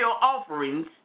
offerings